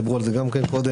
דיברו על זה גם כן קודם.